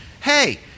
hey